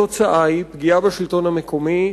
התוצאה היא פגיעה בשלטון המקומי,